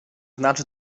znaczy